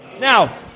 Now